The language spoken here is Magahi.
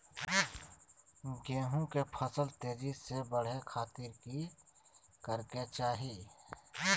गेहूं के फसल तेजी से बढ़े खातिर की करके चाहि?